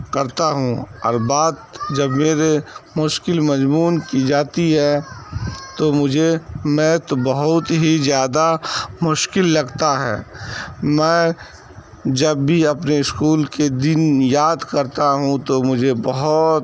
کرتا ہوں اور بات جب میرے مشکل مضمون کی جاتی ہے تو مجھے میں تو بہت ہی زیادہ مشکل لگتا ہے میں جب بھی اپنے اسکول کے دن یاد کرتا ہوں تو مجھے بہت